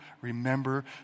remember